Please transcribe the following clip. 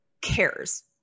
cares